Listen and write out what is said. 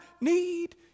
need